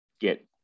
get